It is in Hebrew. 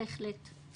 בהחלט.